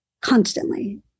constantly